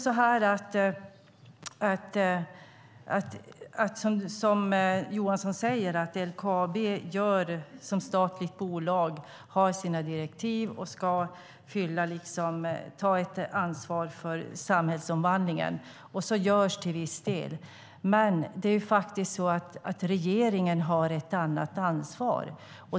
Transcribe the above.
Som Johansson säger har LKAB som statligt bolag sina direktiv och ska ta ett ansvar för samhällsomvandlingen. Så görs till viss del, men regeringen har ett annat ansvar.